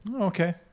Okay